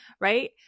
right